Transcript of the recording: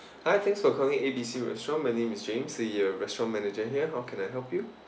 hi thanks for calling A B C restaurant my name is james the uh restaurant manager here how can I help you